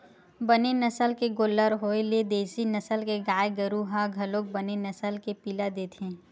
बने नसल के गोल्लर होय ले देसी नसल के गाय गरु ह घलोक बने नसल के पिला देथे